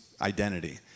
identity